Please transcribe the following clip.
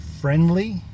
Friendly